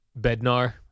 Bednar